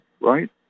right